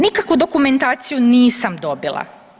Nikakvu dokumentaciju nisam dobila.